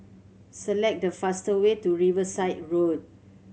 select the fast way to Riverside Road